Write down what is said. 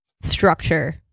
structure